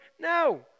No